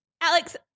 Alex